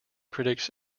critics